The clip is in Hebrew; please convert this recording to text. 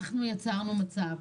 אנחנו יצרנו מצב